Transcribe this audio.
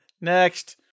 Next